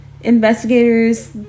investigators